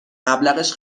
مبلغش